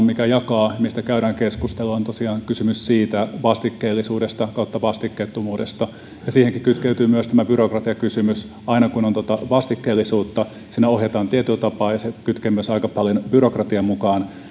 mikä jakaa mistä käydään keskustelua on tosiaan kysymys vastikkeellisuudesta vastikkeettomuudesta siihenkin kytkeytyy tämä byrokratiakysymys aina kun on vastikkeellisuutta siinä ohjataan tietyllä tapaa ja se kytkee aika paljon myös byrokratiaa mukaan